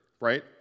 right